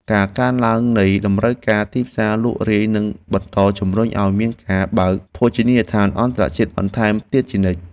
ការកើនឡើងនៃតម្រូវការទីផ្សារលក់រាយនឹងបន្តជំរុញឱ្យមានការបើកភោជនីយដ្ឋានអន្តរជាតិបន្ថែមទៀតជានិច្ច។